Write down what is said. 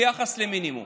ביחס למינימום.